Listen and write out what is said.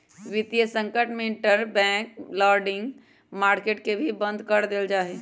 वितीय संकट में इंटरबैंक लेंडिंग मार्केट के बंद भी कर देयल जा हई